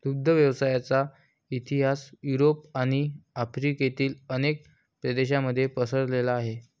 दुग्ध व्यवसायाचा इतिहास युरोप आणि आफ्रिकेतील अनेक प्रदेशांमध्ये पसरलेला आहे